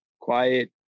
quiet